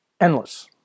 endless